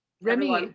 Remy